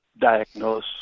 diagnose